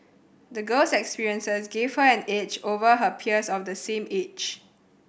the girl's experiences give her an edge over her peers of the same age